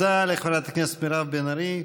תודה לחברת הכנסת מירב בן ארי.